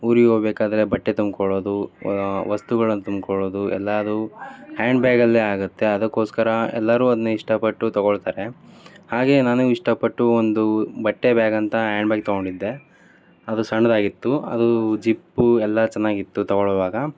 ಊರಿಗೆ ಹೋಗ್ಬೇಕಾದ್ರೆ ಬಟ್ಟೆ ತುಂಬಿಕೊಳ್ಳೋದು ವಸ್ತುಗಳನ್ನು ತುಂಬಿಕೊಳ್ಳೋದು ಎಲ್ಲವು ಹ್ಯಾಂಡ್ ಬ್ಯಾಗಲ್ಲೇ ಆಗುತ್ತೆ ಅದಕ್ಕೋಸ್ಕರ ಎಲ್ಲರು ಅದನ್ನೇ ಇಷ್ಟಪಟ್ಟು ತೊಗೊಳ್ತಾರೆ ಹಾಗೆ ನಾನು ಇಷ್ಟಪಟ್ಟು ಒಂದು ಬಟ್ಟೆ ಬ್ಯಾಗಂತ ಆ್ಯಂಡ್ ಬ್ಯಾಗ್ ತೊಗೊಂಡಿದ್ದೆ ಅದು ಸಣ್ಣದಾಗಿತ್ತು ಅದು ಜಿಪ್ಪು ಎಲ್ಲ ಚೆನ್ನಾಗಿತ್ತು ತೊಗೊಳ್ಳುವಾಗ